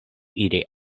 iri